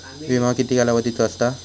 विमो किती कालावधीचो असता?